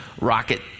rocket